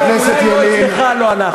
אולי אצלך זה לא אנחנו.